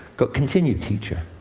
continue, teacher.